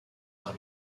arts